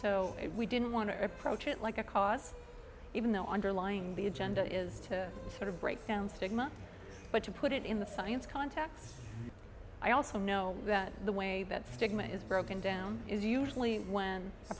so we didn't want to approach it like a cause even though underlying the agenda is to sort of break down stigma but to put it in the science context i also know that the way that stigma is broken down is usually when a